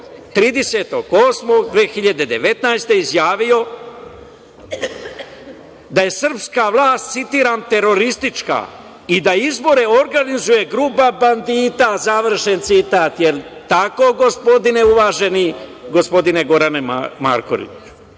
godine izjavio da je srpska vlast, citiram: „Teroristička i da izbore organizuje grupa bandita“, završen citat. Da li je tako, gospodine uvaženi, gospodine Gorane Markoviću? Još